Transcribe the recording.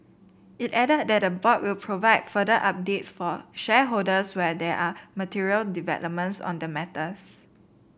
it added that the board will provide further updates for shareholders when there are material developments on the matters